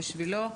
בשבילו,